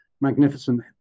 magnificent